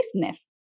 business